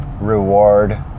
reward